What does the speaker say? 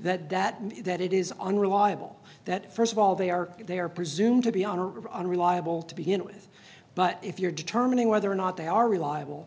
that that mean that it is unreliable that st of all they are they are presumed to be on or are unreliable to begin with but if you're determining whether or not they are reliable